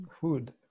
Food